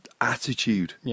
attitude